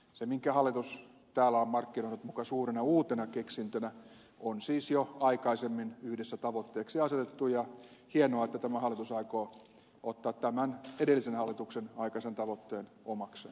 se minkä hallitus on täällä markkinoinut muka suurena uutena keksintönä on siis jo aikaisemmin yhdessä tavoitteeksi asetettu ja hienoa että tämä hallitus aikoo ottaa tämän edellisen hallituksen aikaisen tavoitteen omakseen